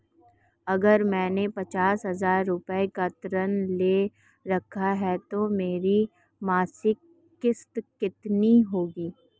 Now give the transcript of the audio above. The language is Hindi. अगर मैंने पचास हज़ार रूपये का ऋण ले रखा है तो मेरी मासिक किश्त कितनी होगी?